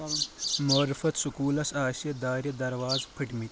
معرفت سکوٗلَس آسہٕ دارِ دروازٕ پھٕٹۍ مٟتی